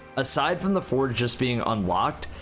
aside from the forge being unlocked,